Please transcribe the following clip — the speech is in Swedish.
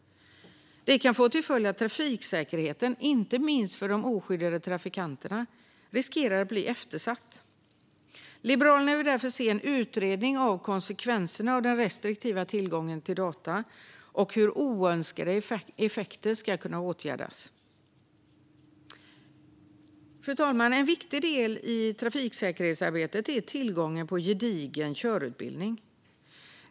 Det kan få till följd att trafiksäkerheten, inte minst för oskyddade trafikanter, riskerar att bli eftersatt. Liberalerna vill därför se en utredning av konsekvenserna av den restriktiva tillgången till data och hur oönskade effekter kan åtgärdas. Fru talman! En viktig del i trafiksäkerhetsarbetet är tillgången på gedigen körutbildning.